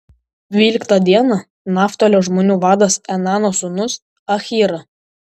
dvyliktą dieną naftalio žmonių vadas enano sūnus ahyra